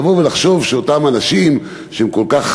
לבוא ולחשוב שאותם אנשים, שהם כל כך